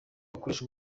akoresha